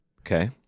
Okay